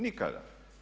Nikada!